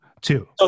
Two